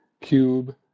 cube